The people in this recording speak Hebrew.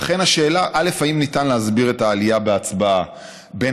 לכן השאלה היא: האם ניתן להסביר את העלייה בהצבעה בין